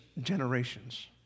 generations